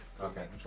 Okay